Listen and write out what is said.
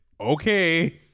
Okay